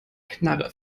knarre